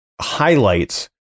highlights